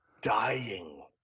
dying